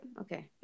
Okay